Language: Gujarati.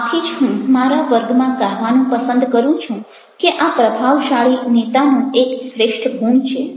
આથી જ હું મારા વર્ગમાં કહેવાનું પસંદ કરું છું કે આ પ્રભાવશાળી નેતાનો એક શ્રેષ્ઠ ગુણ છે